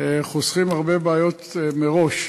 חוסכים הרבה בעיות מראש.